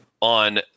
on